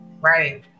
right